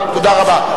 תודה רבה.